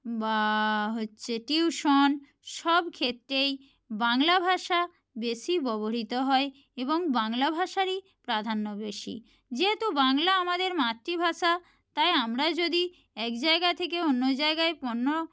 বা হচ্ছে টিউশন সব ক্ষেত্রেই বাংলা ভাষা বেশি ববহৃত হয় এবং বাংলা ভাষারই প্রাধান্য বেশি যেহেতু বাংলা আমাদের মাতৃভাষা তাই আমরা যদি এক জায়গা থেকে অন্য জায়গায় পণ্য